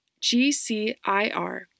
GCIR